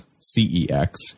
C-E-X